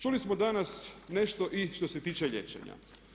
Čuli smo danas nešto i što se tiče liječenja.